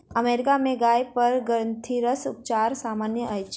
America में गाय पर ग्रंथिरस उपचार सामन्य अछि